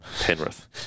Penrith